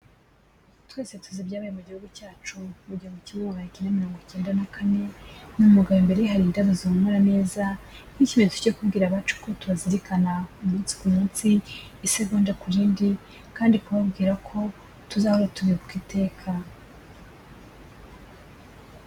Twese tuzi ibyabaye mu gihugu cyacu, mugihumbi kimwe magana cyenda mirongo icyenda na kane, uyu mugabo imbereye hari indabo zihumura neza, nk'ikimenyetso cyo kubwira abacu ko tuzirikana umunsi ku munsi, isegonda ku yindi, kandi kubabwira ko tuzahora tubibuka iteka.